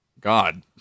God